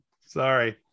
Sorry